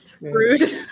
rude